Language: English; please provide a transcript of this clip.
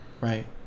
right